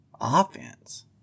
offense